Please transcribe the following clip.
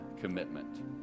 commitment